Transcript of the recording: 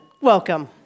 Welcome